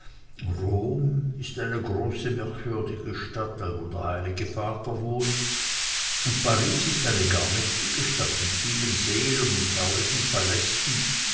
rom ist eine große merkwürdige stadt allwo der heilige vater wohnt und paris ist eine gar mächtige stadt mit vielen seelen und herrlichen palästen